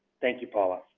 thank you paula.